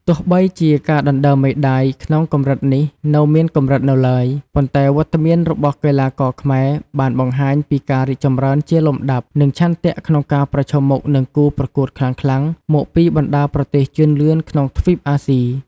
ទោះបីជាការដណ្តើមមេដាយក្នុងកម្រិតនេះនៅមានកម្រិតនៅឡើយ ប៉ុន្តែវត្តមានរបស់កីឡាករខ្មែរបានបង្ហាញពីការរីកចម្រើនជាលំដាប់ និងឆន្ទៈក្នុងការប្រឈមមុខនឹងគូប្រកួតខ្លាំងៗមកពីបណ្តាប្រទេសជឿនលឿនក្នុងទ្វីបអាស៊ី ។